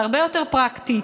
זה הרבה יותר פרקטי,